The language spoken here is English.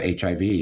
HIV